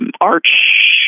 arch